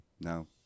no